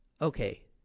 Okay